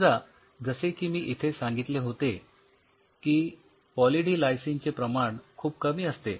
समजा जसे की मी इथे सांगितले होते की पॉली डी लायसिन चे प्रमाण खूप कमी असते